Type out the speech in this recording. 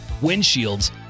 windshields